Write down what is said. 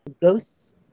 Ghosts